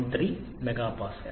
3 MPa